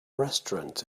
restaurant